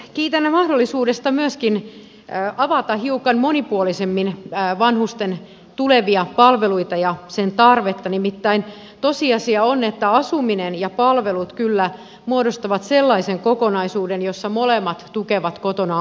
kiitän mahdollisuudesta avata hiukan monipuolisemmin vanhusten tulevia palveluita ja niiden tarvetta nimittäin tosiasia on että asuminen ja palvelut kyllä muodostavat sellaisen kokonaisuuden jossa molemmat tukevat kotona asumista